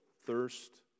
thirst